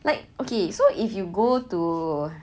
like okay so if you go to